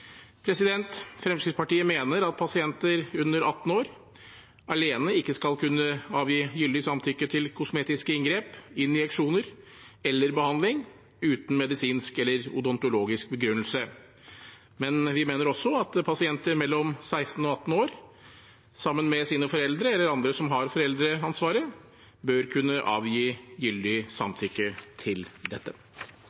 Fremskrittspartiet mener at pasienter under 18 år alene ikke skal kunne avgi gyldig samtykke til kosmetiske inngrep, injeksjoner eller behandling uten medisinsk eller odontologisk begrunnelse. Men vi mener også at pasienter mellom 16 og 18 år, sammen med sine foreldre eller andre som har foreldreansvaret, bør kunne avgi gyldig